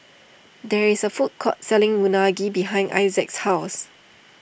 there is a food court selling Unagi behind Issac's house